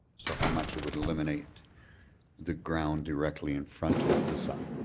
so how much it would eliminate the ground directly in front of the sign?